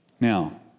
Now